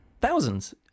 Thousands